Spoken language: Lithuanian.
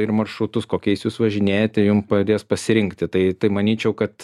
ir maršrutus kokiais jūs važinėjate jum padės pasirinkti tai tai manyčiau kad